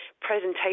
presentation